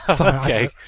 Okay